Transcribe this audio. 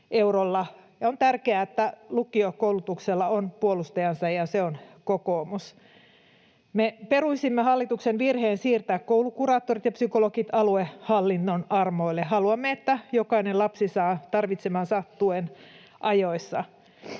On tärkeää, että lukiokoulutuksella on puolustajansa, ja se on kokoomus. Me peruisimme hallituksen virheen siirtää koulukuraattorit ja ‑psykologit aluehallinnon armoille. Haluamme, että jokainen lapsi saa tarvitsemansa tuen ajoissa.